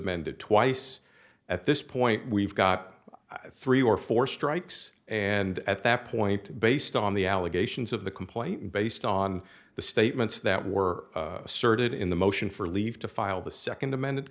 mended twice at this point we've got three or four strikes and at that point based on the allegations of the complaint based on the statements that were asserted in the motion for leave to file the second amended